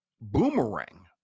Boomerang